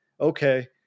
okay